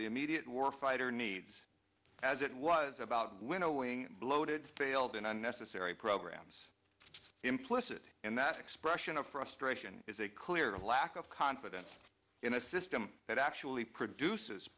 the immediate warfighter needs as it was about winnowing bloated failed and unnecessary programs implicit in that expression of frustration is a clear lack of confidence in a system that actually produce